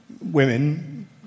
women